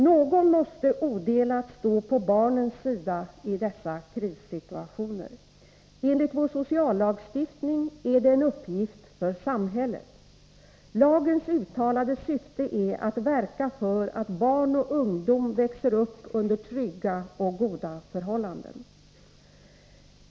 Någon måste odelat stå på barnens sida i dessa krissituationer. Enligt vår sociallagstiftning är det en uppgift för samhället. Lagens uttalade syfte är att verka för att barn och ungdom växer upp under trygga och goda förhållanden.